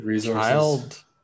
child